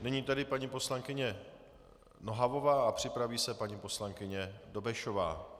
Nyní tedy paní poslankyně Nohavová a připraví se paní poslankyně Dobešová.